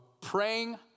praying